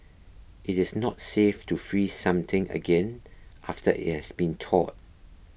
it is not safe to freeze something again after it has been thawed